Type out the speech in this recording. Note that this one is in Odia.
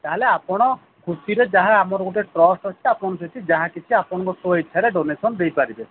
ତାହେଲେ ଆପଣ ଖୁସିରେ ଯାହା ଆମର ଗୋଟେ ଟ୍ରଷ୍ଟ ଅଛି ଆପଣ ସେଠି ଯାହା କିଛି ଆପଣଙ୍କର ସ୍ୱଇଚ୍ଛାରେ ଡୋନେସନ୍ ଦେଇପାରିବେ